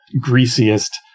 greasiest